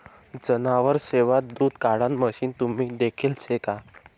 जनावरेसना दूध काढाण मशीन तुम्ही देखेल शे का?